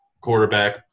quarterback